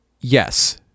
Yes